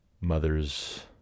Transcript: mother's